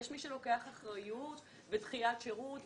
יש מי שלוקח אחריות ויש דחיית שירות.